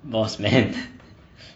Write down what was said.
boss man